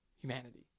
humanity